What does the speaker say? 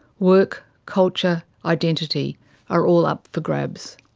work, culture, identity are all up for grabs.